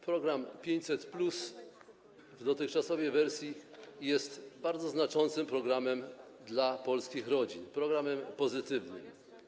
Program 500+ w dotychczasowej wersji jest bardzo znaczącym programem dla polskich rodzin, programem pozytywnym.